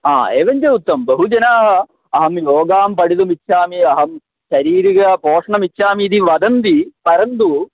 एवञ्च उत्तमं बहुजनाः अहं योगां पठितुमिच्छामि अहं शारीरिक पोषणमिच्छामि इति वदन्ति परन्तु